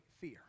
fear